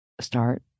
start